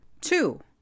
Two